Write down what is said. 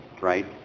right